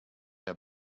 der